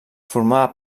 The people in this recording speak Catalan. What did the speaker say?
formava